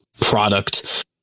product